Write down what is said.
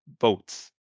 votes